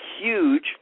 huge